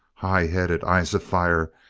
high-headed, eyes of fire,